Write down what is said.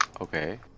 Okay